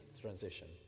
transition